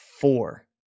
Four